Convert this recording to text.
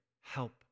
help